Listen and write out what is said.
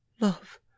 love